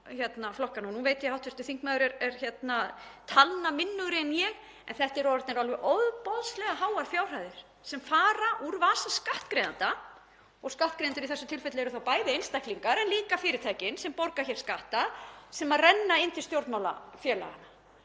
Nú veit ég að hv. þingmaður er talnaminnugri en ég en þetta eru orðnar alveg ofboðslega háar fjárhæðir sem fara úr vasa skattgreiðenda, og skattgreiðendur í þessu tilfelli eru þá bæði einstaklingar og fyrirtæki sem borga skatta, til stjórnmálafélaga